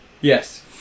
yes